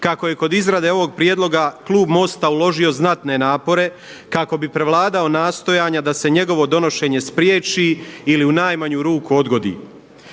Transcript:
kako je kod izrade ovog prijedloga Klub MOST-a uložio znatne napore kako bi prevladao nastojanja da se njegovo donošenje spriječi ili u najmanju ruku odgodi.